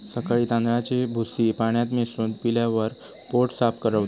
सकाळी तांदळाची भूसी पाण्यात मिसळून पिल्यावर पोट साफ रवता